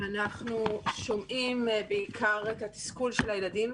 אנחנו שומעים בעיקר את התסכול של הילדים,